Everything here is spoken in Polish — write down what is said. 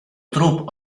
trup